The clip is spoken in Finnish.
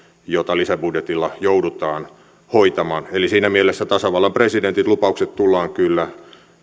jota lisäbudjetilla joudutaan hoitamaan eli siinä mielessä tasavallan presidentin lupaukset tullaan kyllä